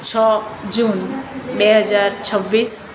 છ જૂન બે હજાર છવ્વીસ